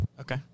Okay